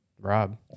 Rob